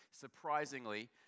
Surprisingly